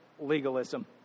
legalism